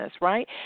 right